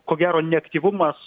ko gero neaktyvumas